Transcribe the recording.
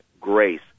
grace